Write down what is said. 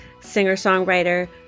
singer-songwriter